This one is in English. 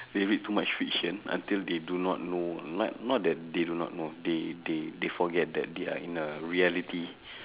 they read too much fiction until they do not know not not that they do not know they they they forget that they are in a reality